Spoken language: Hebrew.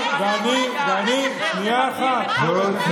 ואני מאלה, שנייה אחת, חבר'ה, תפסיקו לצעוק.